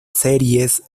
series